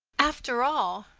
after all,